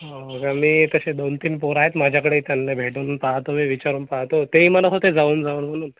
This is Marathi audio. हो का मी तसे दोन तीन पोरं आहेत माझ्याकडे त्यांना भेटून पाहतो मी विचारून पाहतो तेही म्हणत होते जाऊन जाऊन म्हणून